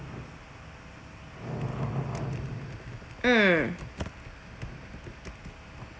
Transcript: mm